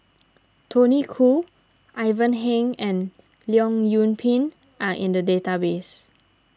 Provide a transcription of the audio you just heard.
Tony Khoo Ivan Heng and Leong Yoon Pin are in the database